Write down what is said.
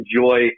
enjoy